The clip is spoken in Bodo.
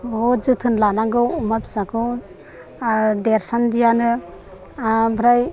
बहुद जोथोन लानांगौ अमा फिसाखौ देरसान्दि आनो आमफ्राय